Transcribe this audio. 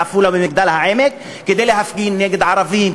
בעפולה ובמגדל-העמק להפגין נגד ערבים,